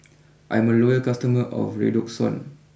I'm a loyal customer of Redoxon